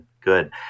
good